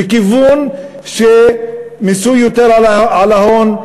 בכיוון של יותר מיסוי על ההון,